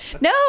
No